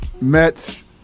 Mets